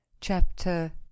Chapter